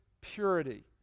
purity